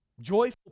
Joyful